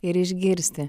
ir išgirsti